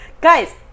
guys